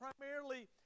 primarily